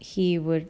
he would